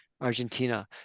Argentina